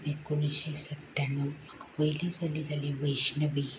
एकोणशें सत्याण्णव म्हाका पयली चली जाली वैश्णवी